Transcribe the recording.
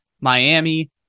Miami